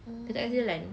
oh